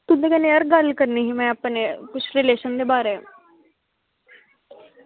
तुंदे कन्नै यार में गल्ल करनी ही अपने पिच्छले रिलेशन दे बारै ई